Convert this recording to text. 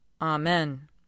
Amen